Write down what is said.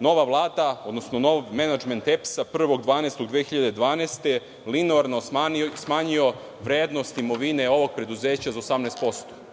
nova Vlada, odnosno nov menadžment EPS-a 1. decembra 2012. godine linearno smanjio vrednost imovine ovog preduzeća za 18%?